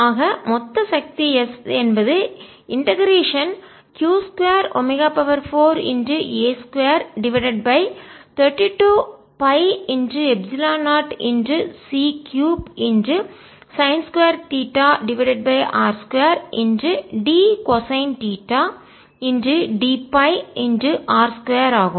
ஆக மொத்த சக்தி s என்பது integration q 2 omega 4 A2 divided by 32π epsilon 0 c3 சைன்2 theta r2 d cosine theta dфr2 ஆகும்